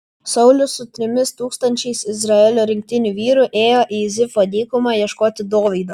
saulius su trimis tūkstančiais izraelio rinktinių vyrų ėjo į zifo dykumą ieškoti dovydo